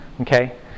Okay